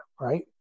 right